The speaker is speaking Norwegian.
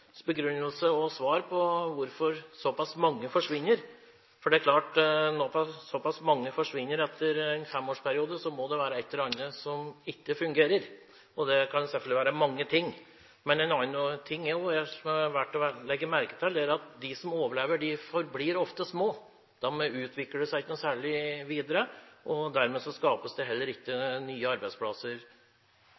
begrunnelse og svar på hvorfor såpass mange forsvinner. Det er klart at når såpass mange forsvinner i løpet av en femårsperiode, må det være et eller annet som ikke fungerer. Det kan selvfølgelig være mange ting. Men noe annet som det også er verdt å legge merke til, er at de som overlever, forblir ofte små, de utvikler seg ikke noe særlig videre. Dermed skapes det heller